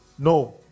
No